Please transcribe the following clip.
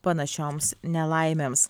panašioms nelaimėms